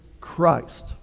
Christ